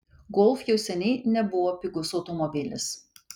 golf jau seniai nebuvo pigus automobilis